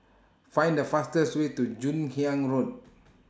Find The fastest Way to Joon Hiang Road